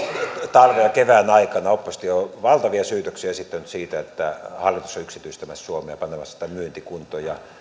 talven ja kevään aikana oppositio on valtavia syytöksiä esittänyt siitä että hallitus on yksityistämässä suomea panemassa sitä myyntikuntoon